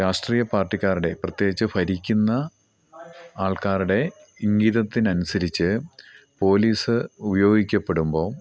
രാഷ്ട്രീയ പാർട്ടിക്കാരുടെ പ്രത്യേകിച്ചു ഭരിക്കുന്ന ആൾക്കാരുടെ ഇംഗിതത്തിന് അനുസരിച്ചു പോലീസ് ഉപയോഗിക്കപ്പെടുമ്പോൾ